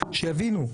שיבינו.